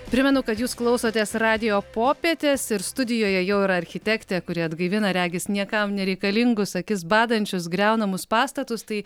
primenu kad jūs klausotės radijo popietės ir studijoje jau yra architektė kuri atgaivina regis niekam nereikalingus akis badančius griaunamus pastatus tai